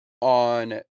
on